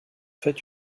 fait